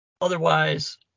Otherwise